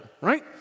Right